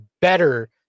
better